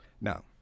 Now